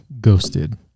ghosted